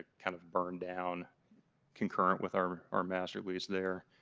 kind of burn down concurrent with our our master lease there.